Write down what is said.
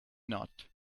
not